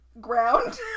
ground